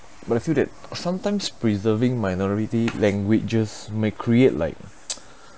but I feel that sometimes preserving minority languages may create like